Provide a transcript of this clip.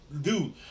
dude